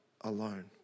alone